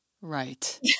Right